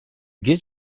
get